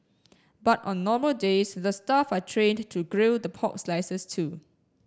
but on normal days the staff are trained to grill the pork slices too